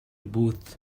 booth